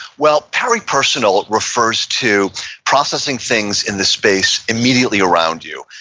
well, peripersonal refers to processing things in the space immediately around you,